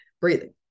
breathing